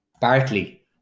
Bartley